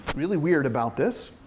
really weird about this.